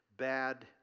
Bad